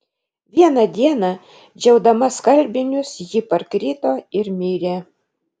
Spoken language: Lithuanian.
vieną dieną džiaudama skalbinius ji parkrito ir mirė